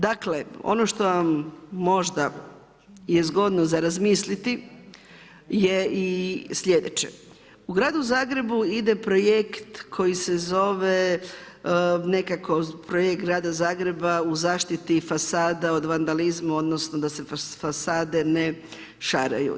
Dakle ono što vam je možda zgodno za razmisliti je i sljedeće, u gradu Zagrebu ide projekt koji se zove nekako projekt grada Zagreba u zaštiti fasada od vandalizma odnosno da se fasade ne šaraju.